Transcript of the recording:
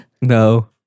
No